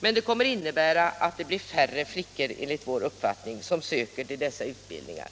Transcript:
men det kommer enligt vår uppfattning att innebära att det blir färre flickor som söker till dessa utbildningar.